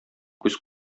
күз